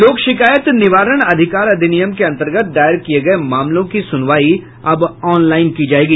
लोक शिकायत निवारण अधिकार अधिनियम के अन्तर्गत दायर किये गये मामलों की सुनवाई अब ऑनलाईन की जायेगी